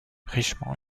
richement